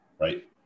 right